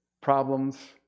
problems